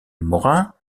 morin